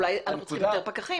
אולי אנחנו צריכים יותר פקחים,